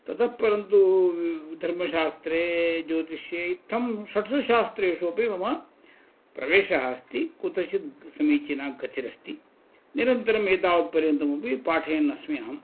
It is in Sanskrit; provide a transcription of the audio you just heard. ततः परं तु धर्मशास्त्रे ज्योतिष्ये इत्थं षट्सु शास्त्रेषु अपि मम प्रवेशः अस्ति कुत्रचित् समीचीना गतिरस्ति निरन्तरम् एतावत्पर्यन्तमपि पाठयन् अस्मि अहं